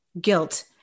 guilt